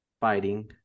fighting